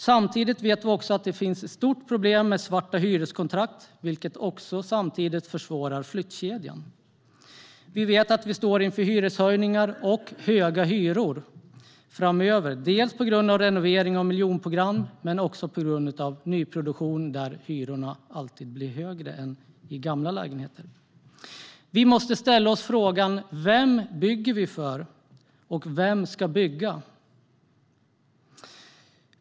Samtidigt vet vi att det finns ett stort problem med svarta hyreskontrakt, vilket också försvårar flyttkedjan. Vi vet att vi står inför hyreshöjningar och höga hyror framöver, på grund av renovering av miljonprogram men också på grund av nyproduktion där hyrorna alltid blir högre än i gamla lägenheter. Vi måste ställa oss frågorna: Vem bygger vi för? Vem ska bygga?